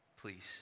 please